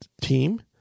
team